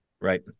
Right